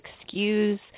excuse